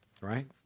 right